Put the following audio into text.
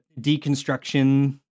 deconstruction